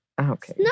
Okay